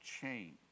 change